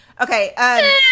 Okay